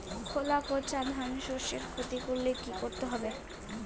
খোলা পচা ধানশস্যের ক্ষতি করলে কি করতে হবে?